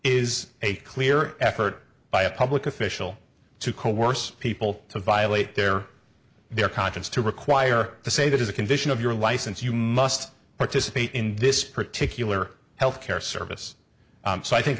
is a clear effort by a public official to coerce people to violate their their conscience to require to say that as a condition of your license you must participate in this particular health care service so i think